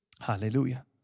hallelujah